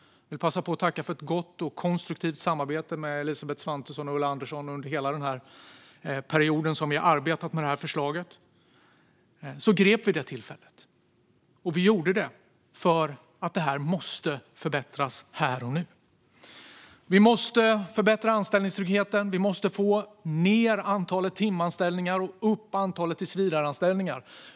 Jag vill passa på att tacka för ett gott och konstruktivt samarbete med Elisabeth Svantesson och Ulla Andersson under hela den period som vi har arbetat med förslaget. Vi grep tillfället därför att detta måste förbättras här och nu. Vi måste förbättra anställningstryggheten. Vi måste få ned antalet timanställningar och upp antalet tillsvidareanställningar.